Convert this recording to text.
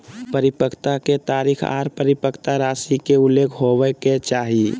परिपक्वता के तारीख आर परिपक्वता राशि के उल्लेख होबय के चाही